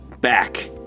back